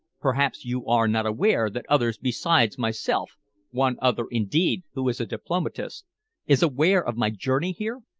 perhaps you are not aware that others beside myself one other, indeed, who is a diplomatist is aware of my journey here?